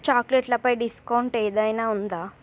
చాక్లెట్లపై discount ఏదైనా ఉందా